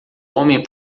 homem